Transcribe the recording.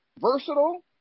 versatile